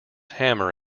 hammer